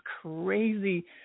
crazy